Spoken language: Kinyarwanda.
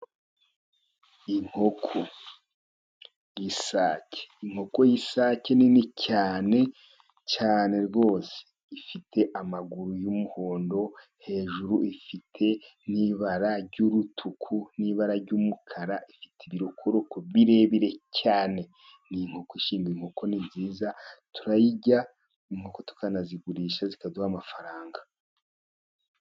Inkoko y'isake. Inkoko y'isake nini cyane cyane rwose ifite amaguru y'umuhondo, hejuru ifite n'ibara ry'urutuku n'ibara ry'umukara. Ifite ibirokoroko birebire cyane, ni inkoko ishinga. Inkoko ni nziza turayirya, inkoko tukanazigurisha zikaduha amafaranga.